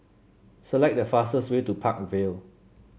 select the fastest way to Park Vale